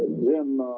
them